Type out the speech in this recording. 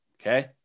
okay